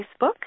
Facebook